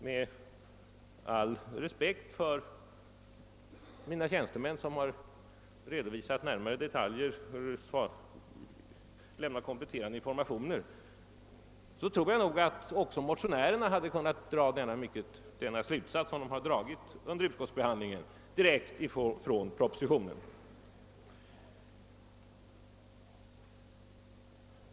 Med all respekt för mina tjänstemän som redovisat närmare detaljer och lämnat kompletterande informationer tror jag att också motionärerna hade kunnat dra den slutsats, som de dragit under utskottsbehandlingen, direkt från propositionen.